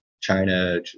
China